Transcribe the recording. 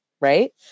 Right